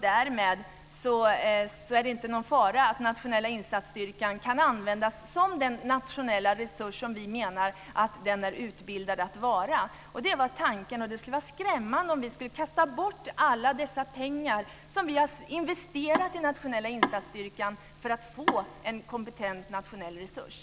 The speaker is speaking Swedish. Därmed är det inte någon fara att Nationella insatsstyrkan inte kan användas som den nationella resurs som vi menar att den är utbildad att vara. Det var tanken. Det skulle vara skrämmande om vi skulle kasta bort alla dessa pengar som vi har investerat i Nationella insatsstyrkan för att få en kompetent nationell resurs.